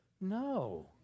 No